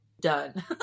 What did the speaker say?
Done